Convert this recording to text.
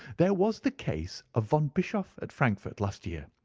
there was the case of von bischoff at frankfort last year.